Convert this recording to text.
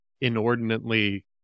inordinately